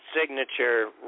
signature